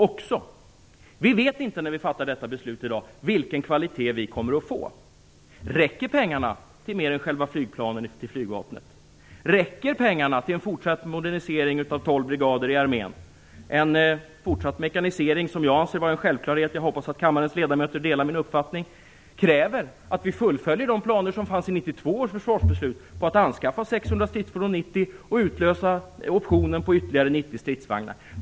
När vi fattar beslut i dag vet vi inte vilken kvalitet vi får. Räcker pengarna till mer än själva flygplanen till flygvapnet? Räcker pengarna till en fortsatt modernisering av En fortsatt mekanisering - något som jag anser är en självklarhet, och jag hoppas att kammarens ledamöter delar min uppfattning - kräver att vi fullföljer de planerna i 1992 års försvarsbeslut på att anskaffa 90 stridsvagnar.